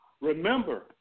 Remember